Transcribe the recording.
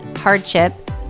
hardship